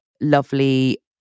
lovely